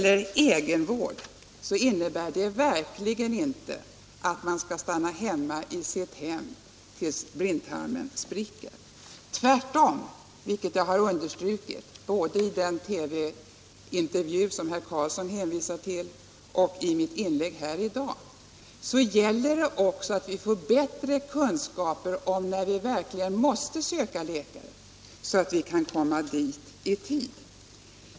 Egenvård innebär verkligen inte att man skall stanna hemma tills blindtarmen spricker. Tvärtom — och det har jag understrukit både i den TV-intervju som herr Karlsson hänvisar till och i mitt inlägg här i dag — gäller det att vi får bättre kunskaper om när vi måste söka läkare, så att vi kan komma i tid.